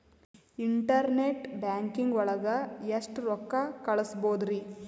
Internet banking ಒಳಗೆ ಎಷ್ಟ್ ರೊಕ್ಕ ಕಲ್ಸ್ಬೋದ್ ರಿ?